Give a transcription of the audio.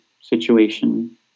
situation